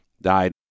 died